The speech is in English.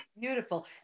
Beautiful